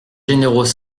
généraux